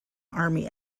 army